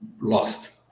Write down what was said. lost